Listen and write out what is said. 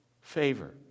favor